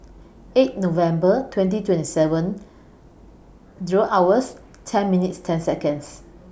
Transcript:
eight November twenty twenty seven Zero hours ten minutes ten Seconds